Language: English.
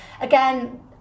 again